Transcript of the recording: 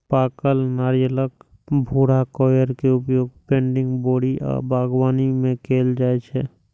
पाकल नारियलक भूरा कॉयर के उपयोग पैडिंग, बोरी आ बागवानी मे कैल जाइ छै